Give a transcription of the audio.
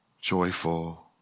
joyful